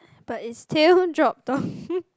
but it still drop off